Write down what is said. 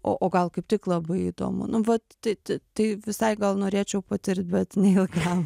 o o gal kaip tik labai įdomu nu vat tai tai tai visai gal norėčiau patirt bet neilgam